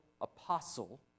apostle